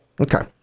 Okay